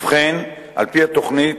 ובכן, על-פי התוכנית,